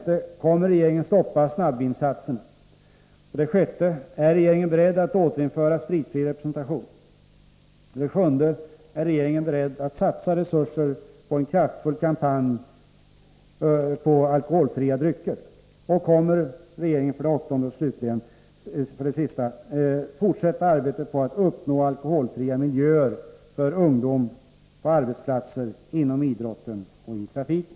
Kommer regeringen att stoppa snabbvinsatserna? 6. Är regeringen beredd att återinföra spritfri representation? 7. Är regeringen beredd att satsa resurser på en kraftfull kampanj för alkoholfria drycker? 8. Kommer regeringen att fortsätta arbetet på att åstadkomma alkoholfria miljöer för ungdom, på arbetsplatser, inom idrotten och i trafiken?